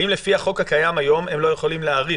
האם לפי החוק הקיים היום הם לא יכולים להאריך?